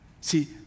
See